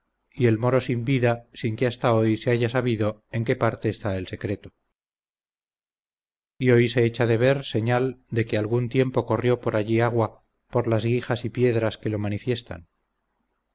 y el moro sin vida sin que hasta hoy se haya sabido en qué parte está el secreto y hoy se echa de ver señal de que algún tiempo corrió por allí agua por las guijas y piedras que lo manifiestan